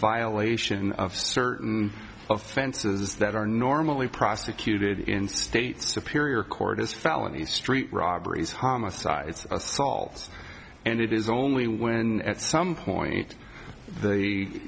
violation of certain offenses that are normally prosecuted in state superior court is felonies street robberies homicides assaults and it is only when at some point the